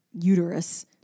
uterus